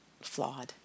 flawed